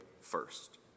first